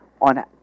on